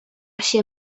się